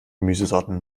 gemüsesorten